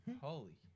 Holy